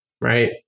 right